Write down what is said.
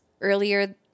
earlier